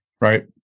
Right